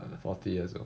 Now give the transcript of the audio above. forty years old